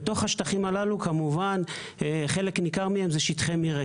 בתוך השטחים הללו, כמובן, חלק ניכר הם שטחי מרעה.